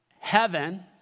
Heaven